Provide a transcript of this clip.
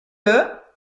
est